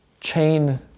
chain